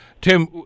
Tim